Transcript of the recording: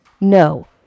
No